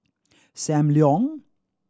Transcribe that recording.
Sam Leong